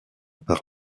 par